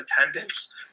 attendance